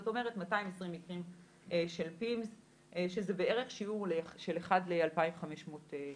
זאת אומרת 220 מקרים של פימס שזה בערך שיעור של 1 ל-2,500/2,200